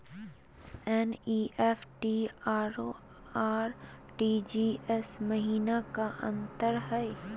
NEFT अरु RTGS महिना का अंतर हई?